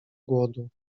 głodu